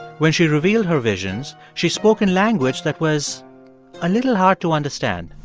when she revealed her visions, she spoke in language that was a little hard to understand